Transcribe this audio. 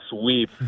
sweep